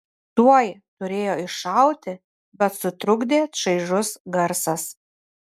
tuoj turėjo iššauti bet sutrukdė čaižus garsas